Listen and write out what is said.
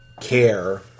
care